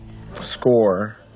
score